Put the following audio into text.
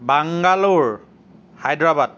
Bangalore Hyderabad